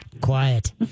quiet